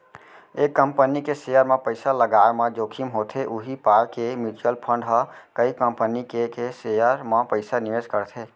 एक कंपनी के सेयर म पइसा लगाय म जोखिम होथे उही पाय के म्युचुअल फंड ह कई कंपनी के के सेयर म पइसा निवेस करथे